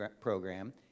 program